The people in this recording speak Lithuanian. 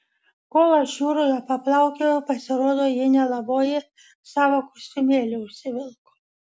kol aš jūroje paplaukiojau pasirodo ji nelaboji savo kostiumėlį užsivilko